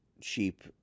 cheap